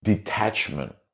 Detachment